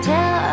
Tell